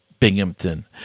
Binghamton